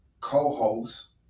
co-host